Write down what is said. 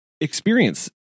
experience